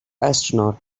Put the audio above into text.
astronaut